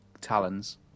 talons